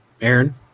Aaron